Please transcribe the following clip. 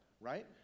right